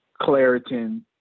Claritin